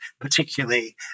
particularly